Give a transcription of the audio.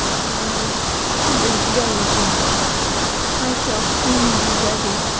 well he is very good i shall soon be ready.